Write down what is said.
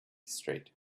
street